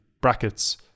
brackets